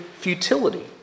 futility